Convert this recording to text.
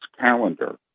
calendar